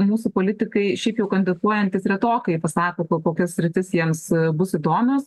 mūsų politikai šiaip jau kandidatuojantys retokai pasako ko kokia sritis jiems bus įdomios